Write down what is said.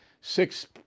six